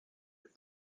plus